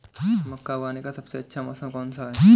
मक्का उगाने का सबसे अच्छा मौसम कौनसा है?